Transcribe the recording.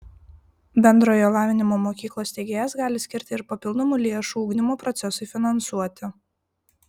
bendrojo lavinimo mokyklos steigėjas gali skirti ir papildomų lėšų ugdymo procesui finansuoti